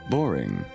Boring